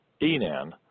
Enan